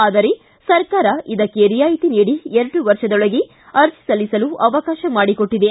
ಆದರೆ ಸರಕಾರ ಇದಕ್ಕೆ ರಿಯಾಯಿತಿ ನೀಡಿ ಎರಡು ವರ್ಷದೊಳಗೆ ಅರ್ಜಿ ಸಲ್ಲಿಸಲು ಅವಕಾಶ ಮಾಡಿಕೊಟ್ಟದೆ